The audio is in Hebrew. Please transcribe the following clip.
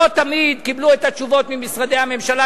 כי לא תמיד קיבלו את התשובות ממשרדי הממשלה.